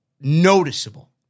noticeable